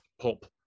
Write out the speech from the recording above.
pulp